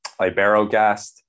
Iberogast